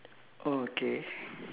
oh okay